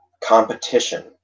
Competition